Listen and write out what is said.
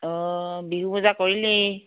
অ বিহু বজাৰ কৰিলি